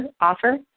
offer